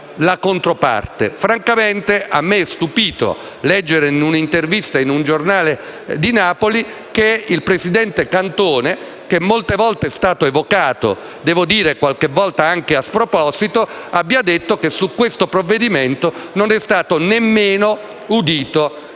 la controparte. Francamente, mi ha stupito leggere in un'intervista su un giornale di Napoli che il presidente Cantone, che molte volte e su molti temi è stato evocato - devo dire talora anche a sproposito - abbia detto che su questo provvedimento non è stato nemmeno audito in Commissione.